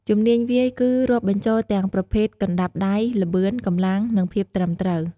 ជំនាញវាយគឺ រាប់បញ្ចូលទាំងប្រភេទកណ្តាប់ដៃ ល្បឿន កម្លាំង និងភាពត្រឹមត្រូវ។